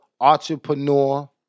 entrepreneur